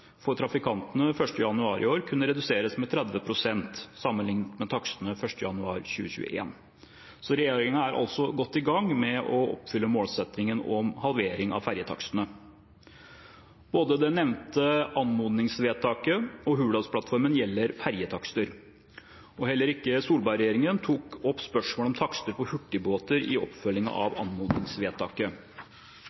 for trafikantene 1. januar i år kunne reduseres med 30 pst. sammenliknet med takstene 1. januar 2021. Regjeringen er altså godt i gang med å oppfylle målsettingen om halvering av fergetakstene. Både det nevnte anmodningsvedtaket og Hurdalsplattformen gjelder fergetakster, og heller ikke Solberg-regjeringen tok opp spørsmålet om takster på hurtigbåter i oppfølgingen av